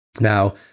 Now